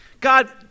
God